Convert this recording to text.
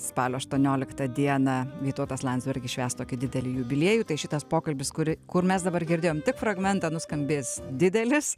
spalio aštuonioliktą dieną vytautas landsbergis švęs tokį didelį jubiliejų tai šitas pokalbis kurį kur mes dabar girdėjom tik fragmentą nuskambės didelis